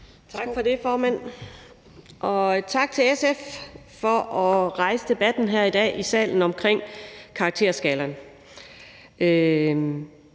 Tak for det, formand. Og tak til SF for at rejse debatten her i dag i salen omkring karakterskalaen.